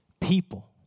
people